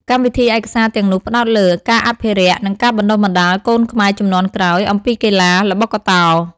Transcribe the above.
កម្មវិធីឯកសារទាំងនោះផ្តោតលើ ការអភិរក្ស និង ការបណ្តុះបណ្តាល កូនខ្មែរជំនាន់ក្រោយអំពីកីឡា ល្បុក្កតោ។